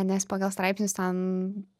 nes pagal straipsnius ten